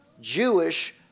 Jewish